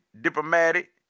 diplomatic